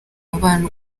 umubano